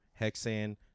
hexane